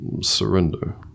Surrender